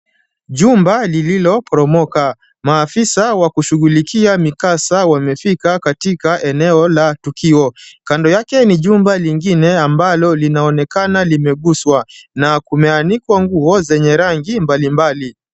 Jumba lililoporomoka. Maafisa wa kushughulikia mikasa wamefika katika eneo la tukio. Kando yake ni jumba lingine ambalo linaonekana limeguswa na kumeanikwa nguo zenye rangi mbali mbali.